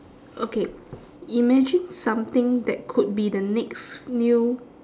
okay imagine something that could be the next new